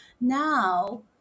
Now